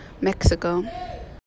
Mexico